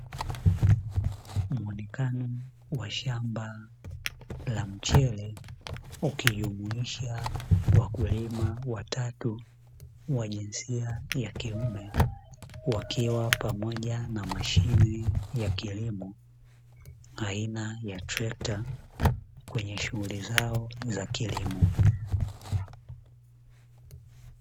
mwonekano wa Shamba la mchele ukijumuisha wakulima watatu wa jinsia ya kiume wakiwa pamoja na mashine ya kilimo ya trekta kwenye shughuli zao za kilimo